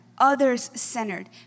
Others-centered